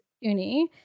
Uni